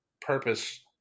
purpose